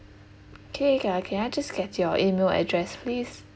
okay can I can I just get your email address please